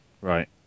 Right